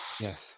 yes